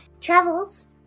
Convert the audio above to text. travels